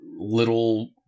little